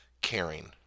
caring